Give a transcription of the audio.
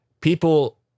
people